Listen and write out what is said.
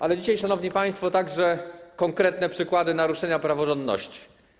Ale dzisiaj, szanowni państwo, także konkretne przykłady naruszenia praworządności.